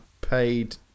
paid